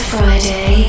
Friday